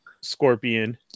Scorpion